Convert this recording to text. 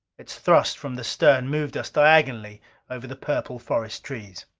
its thrust from the stern moved us diagonally over the purple forest trees.